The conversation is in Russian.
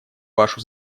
вашу